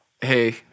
Hey